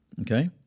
okay